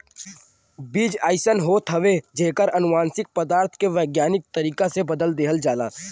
बीज अइसन होत हउवे जेकर अनुवांशिक पदार्थ के वैज्ञानिक तरीका से बदल देहल जाला